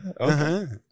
Okay